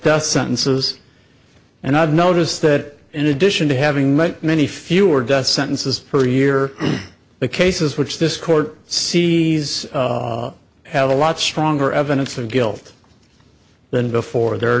death sentences and i've noticed that in addition to having many many fewer death sentences per year the cases which this court sees have a lot stronger evidence of guilt than before there are